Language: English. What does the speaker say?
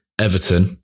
Everton